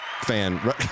fan